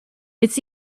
its